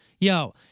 Yo